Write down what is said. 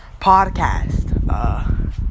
podcast